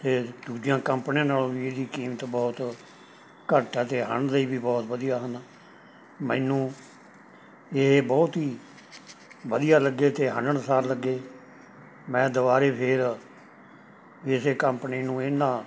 ਅਤੇ ਦੂਜੀਆਂ ਕੰਪਨੀਆਂ ਨਾਲੋਂ ਵੀ ਇਹਦੀ ਕੀਮਤ ਬਹੁਤ ਘੱਟ ਆ ਅਤੇ ਹੰਢਦੇ ਵੀ ਬਹੁਤ ਵਧੀਆ ਹਨ ਮੈਨੂੰ ਇਹ ਬਹੁਤ ਹੀ ਵਧੀਆ ਲੱਗੇ ਅਤੇ ਹੰਢਣਸਾਰ ਲੱਗੇ ਮੈਂ ਦੁਬਾਰਾ ਫਿਰ ਇਸ ਕੰਪਨੀ ਨੂੰ ਇਹਨਾਂ